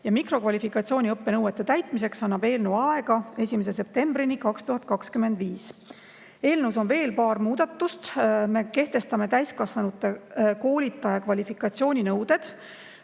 Mikrokvalifikatsiooniõppe nõuete täitmiseks annab eelnõu aega 1. septembrini 2025. Eelnõus on veel paar muudatust. Me kehtestame täiskasvanute koolitajate kvalifikatsiooninõuded.